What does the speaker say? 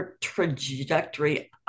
trajectory